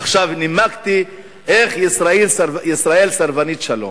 עכשיו נימקתי איך ישראל סרבנית שלום.